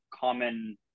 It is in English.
common